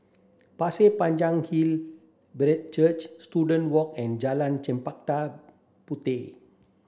Pasir Panjang Hill Brethren Church Student Walk and Jalan Chempaka Puteh